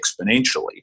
exponentially